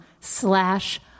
slash